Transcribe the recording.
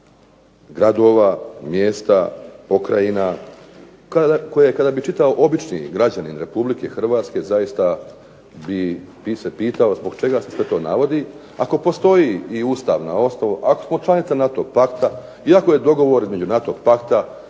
gradova, mjesta pokrajina, koje kada bi čitao obični građanin Republike Hrvatske zaista bi se pitao zbog čega se to navodi, ako smo članica NATO Pakta, i ako je dogovor NATO Pakta